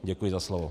Děkuji za slovo.